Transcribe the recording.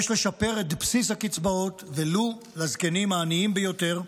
יש לשפר את בסיס הקצבאות ולו לזקנים העניים ביותר,